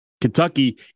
Kentucky